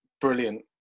brilliant